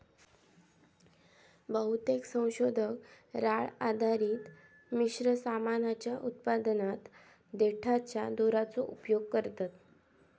बहुतेक संशोधक राळ आधारित मिश्र सामानाच्या उत्पादनात देठाच्या दोराचो उपयोग करतत